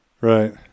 Right